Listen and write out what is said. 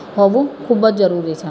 હોવું ખૂબ જ જરૂરી છે